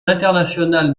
international